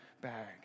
bag